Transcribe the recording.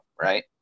right